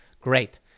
Great